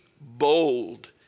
bold